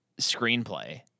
screenplay